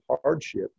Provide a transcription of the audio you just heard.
hardship